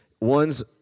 one's